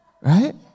Right